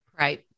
Right